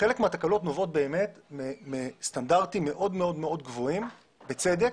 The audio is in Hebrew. נובעות מסטנדרטים מאוד מאוד גבוהים, ובצדק,